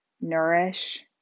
nourish